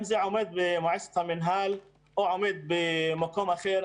אם זה עומד במועצת המנהל או במקום אחר,